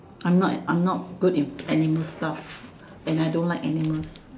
I'm not I'm not good in animal stuff and I don't like animals